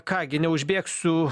ką gi neužbėgsiu